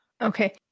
Okay